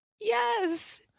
Yes